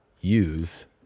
use